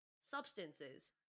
Substances